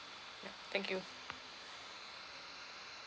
ya thank you